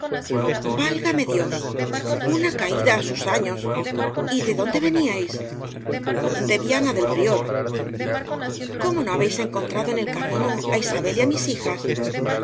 válgame dios lina caída á sus años a de dónde veníais de viana del prior cómo no habéis encontrado en el ca mino á tsabel vá mis hijas